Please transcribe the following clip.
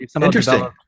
Interesting